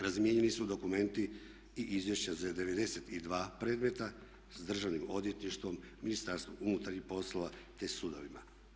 Razmijenjeni su dokumenti i izvješća za 92 predmeta s Državnim odvjetništvom, Ministarstvom unutarnjih poslova te sudovima.